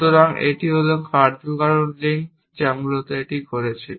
সুতরাং এই হল কার্যকারণ লিঙ্ক যা মূলত এটি করছে